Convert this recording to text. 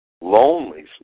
Lonely